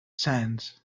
sands